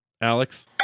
Alex